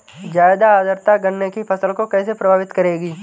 ज़्यादा आर्द्रता गन्ने की फसल को कैसे प्रभावित करेगी?